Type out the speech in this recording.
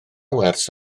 wers